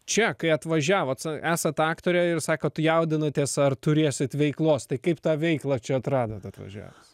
čia kai atvažiavot esat aktorė ir sakot jaudinatės ar turėsit veiklos tai kaip tą veiklą čia atradot atvažiavus